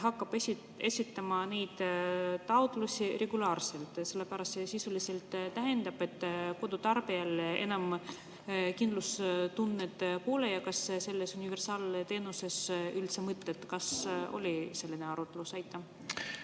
hakkab esitama neid taotlusi regulaarselt. See sisuliselt tähendab, et kodutarbijal enam kindlustunnet pole ja kas sellel universaalteenusel üldse on mõtet. Kas oli selline arutlus? Aitäh!